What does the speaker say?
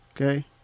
okay